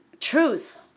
truth